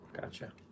gotcha